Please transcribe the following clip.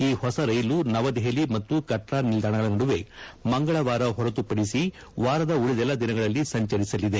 ಈ ಹೊಸ ರೈಲು ನವದೆಹಲಿ ಮತ್ತು ಕಟ್ರಾ ನಿಲ್ದಾಣಗಳ ನಡುವೆ ಮಂಗಳವಾರ ಹೊರತುಪಡಿಸಿ ವಾರದ ಉಳಿದೆಲ್ಲ ದಿನಗಳಲ್ಲಿ ಸಂಚರಿಸಲಿದೆ